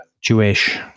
Jewish